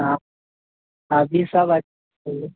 हँ अभी सब अऽ कहियौ